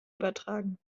übertragen